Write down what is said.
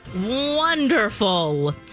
Wonderful